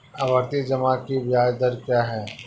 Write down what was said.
आवर्ती जमा की ब्याज दर क्या है?